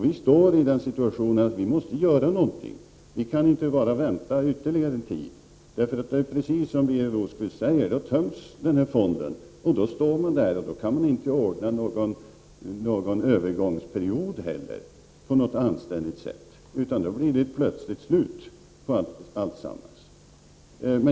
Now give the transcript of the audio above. Vi står i den situationen att vi måste göra någonting. Vi kan inte bara vänta ytterligare någon tid. Det är precis som Birger Rosqvist sade, nämligen att då töms fonden under tiden och då står man där och kan inte heller på ett anständigt sätt ordna en övergångsperiod. Då blir det bara ett plötsligt slut på alltsammans.